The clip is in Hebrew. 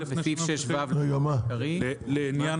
לעניין